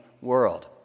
world